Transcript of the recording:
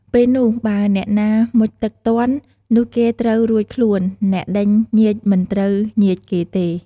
ពេលនោះ បើអ្នកណាមុជទឹកទាន់ នោះគេត្រូវរួចខ្លួន អ្នកដេញញៀចមិនត្រូវញៀចគេទេ។